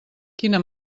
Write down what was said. quina